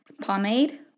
pomade